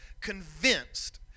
convinced